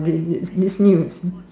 is it this news